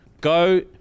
go